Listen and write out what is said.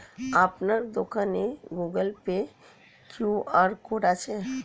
আপনার দোকানে Google pay QR code আছে?